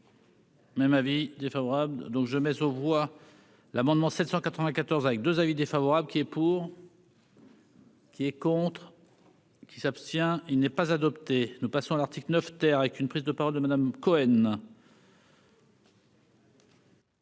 Même avis défavorable, donc je mets aux voix l'amendement 794 avec 2 avis défavorable qui est pour. Qui est contre. Qui s'abstient, il n'est pas adopté, nous passons à l'article 9 terre avec une prise de parole de Madame Cohen.